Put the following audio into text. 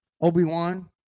Obi-Wan